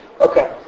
Okay